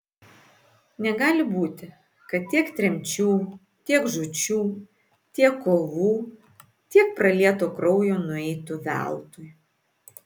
negali būti kad tiek tremčių tiek žūčių tiek kovų tiek pralieto kraujo nueitų veltui